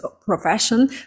profession